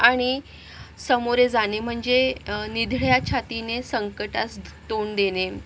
आणि सामोरे जाणे म्हणजे निधड्या छातीने संकटास तोंड देणे